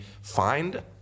find